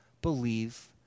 believe